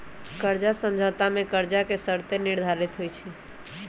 कर्जा समझौता में कर्जा के शर्तें निर्धारित होइ छइ